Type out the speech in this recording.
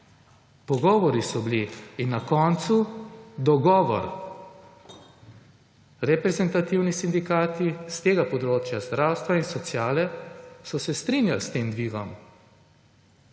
Pogovori so bili in na koncu dogovor. Reprezentativni sindikati s tega področja, zdravstva in sociale, so se strinjali s tem dvigom.